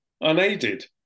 unaided